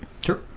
Sure